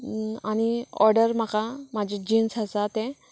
आनी ऑर्डर म्हाका म्हाजी जिन्स आसा तें